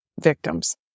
victims